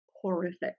horrific